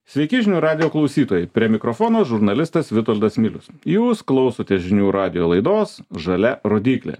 sveiki žinių radijo klausytojai prie mikrofono žurnalistas vitoldas milius jūs klausotės žinių radijo laidos žalia rodyklė